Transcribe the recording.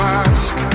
ask